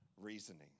reasoning